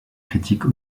critiques